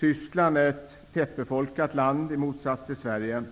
Tyskland är i motsats till Sverige ett tättbefolkat land.